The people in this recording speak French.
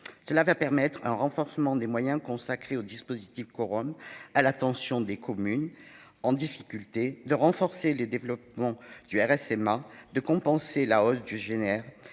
Cela va permettre de renforcer les moyens consacrés au dispositif Corom à l'attention des communes en difficulté, de consolider le développement du RSMA, de compenser la hausse du gazole